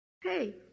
hey